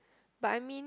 but I mean